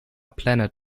planet